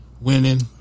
Winning